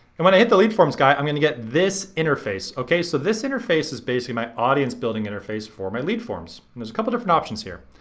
and when i hit the lead forms guy i'm gonna get this interface. okay? so this interface is basically my audience building interface for my lead forms, and there's a couple different options here.